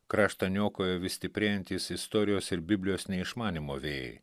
kraštą niokojo vis stiprėjantys istorijos ir biblijos neišmanymo vėjai